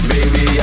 Baby